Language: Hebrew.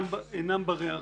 שאינם ברי הרחקה,